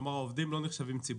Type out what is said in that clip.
כלומר, העובדים לא נחשבים ציבור.